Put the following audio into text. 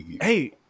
Hey